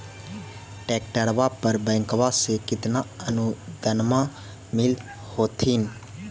ट्रैक्टरबा पर बैंकबा से कितना अनुदन्मा मिल होत्थिन?